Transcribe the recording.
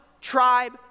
tribe